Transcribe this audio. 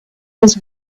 was